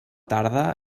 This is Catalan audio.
tarda